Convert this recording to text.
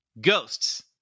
ghosts